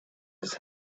his